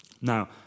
Now